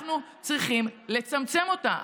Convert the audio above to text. ואנחנו צריכים לצמצם אותן.